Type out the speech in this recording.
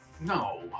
No